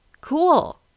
Cool